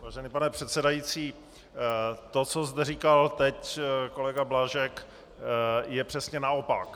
Vážený pane předsedající, to, co zde říkal teď kolega Blažek, je přesně naopak.